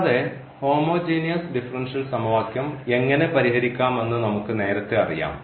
കൂടാതെ homogeneous differential സമവാക്യം എങ്ങനെ പരിഹരിക്കാമെന്ന് നമുക്ക് നേരത്തെ അറിയാം